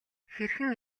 хэрхэн